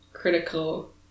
critical